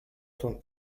from